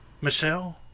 Michelle